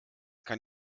kann